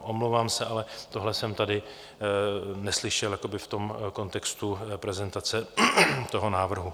Omlouvám se, ale tohle jsem tady neslyšel v kontextu prezentace toho návrhu.